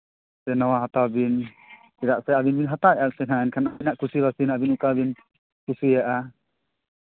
ᱥᱮ ᱱᱚᱣᱟ ᱦᱟᱛᱟᱣ ᱵᱤᱱ ᱪᱮᱫᱟᱜ ᱥᱮ ᱟᱹᱵᱤᱱ ᱵᱤᱱ ᱦᱟᱛᱟᱣᱮᱜᱼᱟ ᱥᱮ ᱦᱟᱸᱜ ᱮᱱᱠᱷᱟᱱ ᱟᱵᱮᱱᱟᱜ ᱠᱩᱥᱤ ᱵᱟᱹᱥᱤ ᱟᱹᱵᱤᱱ ᱚᱠᱟ ᱵᱤᱱ ᱠᱩᱥᱤᱭᱟᱜᱼᱟ